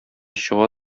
чыга